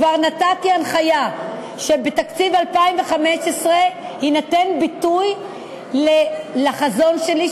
כבר נתתי הנחיה שבתקציב 2015 יינתן ביטוי לחזון שלי,